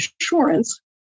insurance